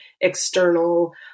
external